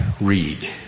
read